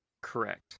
Correct